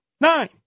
nine